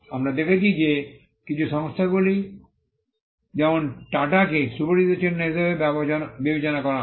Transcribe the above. আমরা দেখেছি যে কিছু সংস্থাগুলি যেমন টাটাকে সুপরিচিত চিহ্ন হিসাবে বিবেচনা করা হয়